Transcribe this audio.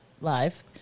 live